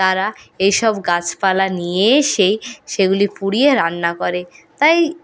তারা এইসব গাছপালা নিয়ে এসেই সেগুলি পুড়িয়ে রান্না করে তাই